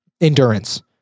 endurance